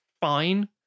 fine